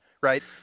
right